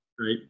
Right